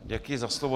Děkuji za slovo.